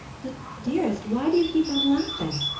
but, dearest, why do you keep on laughing?